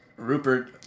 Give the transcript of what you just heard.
Rupert